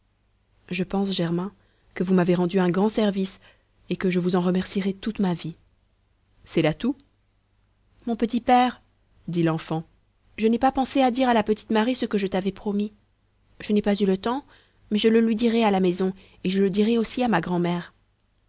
je pense germain que vous m'avez rendu un grand service et que je vous en remercierai toute ma vie c'est là tout mon petit père dit l'enfant je n'ai pas pensé à dire à la petite marie ce que je t'avais promis je n'ai pas eu le temps mais je le lui dirai à la maison et je le dirai aussi à ma grand'mère